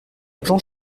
plan